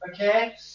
okay